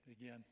again